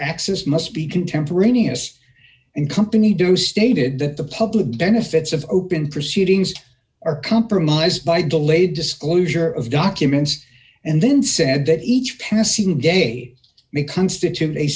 access must be contemporaneous and company do stated that the public benefits of open proceedings are compromised by delayed disclosure of documents and then said that each passing day may constitute a